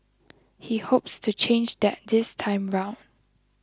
he hopes to change that this time round